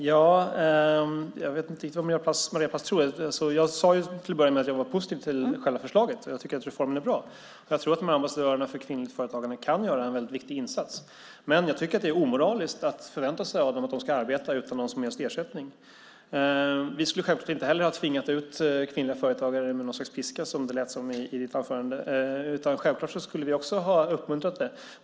Herr talman! Jag vet inte riktigt vad Maria Plass tror. Jag sade till att börja med att jag var positiv till själva förslaget. Jag tycker att reformen är bra. Jag tror att de här ambassadörerna för kvinnligt företagande kan göra en väldigt viktig insats. Men jag tycker att det är omoraliskt att förvänta sig av dem att de ska arbeta utan någon som helst ersättning. Vi skulle självfallet inte heller ha tvingat kvinnliga företagare med något slags piska, som det lät som i ditt anförande. Vi skulle självfallet också ha uppmuntrat det.